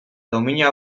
domina